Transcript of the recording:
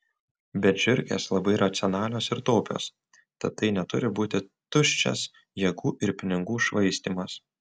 bet žiurkės labai racionalios ir taupios tad tai neturi būti tuščias jėgų ir pinigų švaistymas